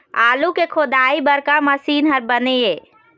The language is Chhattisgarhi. आलू के खोदाई बर का मशीन हर बने ये?